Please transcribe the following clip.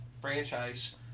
franchise